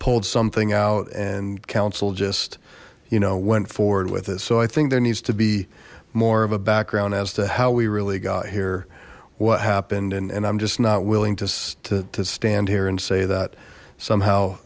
pulled something out and council just you know went forward with it so i think there needs to be more of a background as to how we really got here what happened and i'm just not willing to stand here and say that somehow